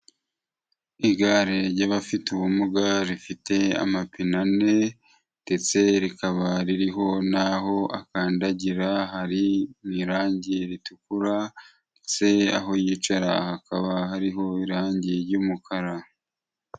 Igare ry'abafite ubumuga rifite amapine ane ndetse rikaba ririho n'aho akandagira hari mu irangi ritukura ndetse aho yicara hakaba hariho irange ry'umukara.